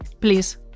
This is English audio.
Please